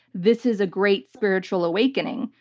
this is a great spiritual awakening.